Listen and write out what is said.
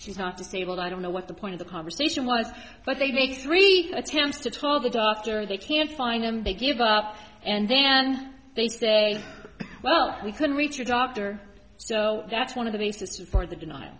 she's not disabled i don't know what the point of conversation was but they made three attempts to talk the doctor they can't find them they give up and then they say well we couldn't reach your doctor so that's one of the basis for the deni